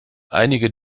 einige